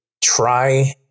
try